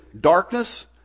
darkness